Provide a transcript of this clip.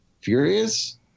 Furious